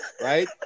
right